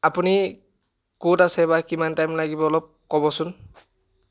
আপুনি ক'ত আছে বা কিমান টাইম লাগিব অলপ ক'বচোন